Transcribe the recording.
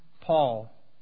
Paul